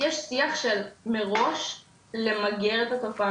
יש שיח של מראש למגר את התופעה,